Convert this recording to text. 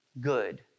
good